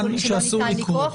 כתוב במפורש שאסור לכרוך,